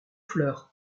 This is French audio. fleur